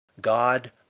God